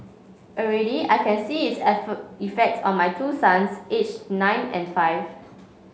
already I can see its effort effects on my two sons age nine and five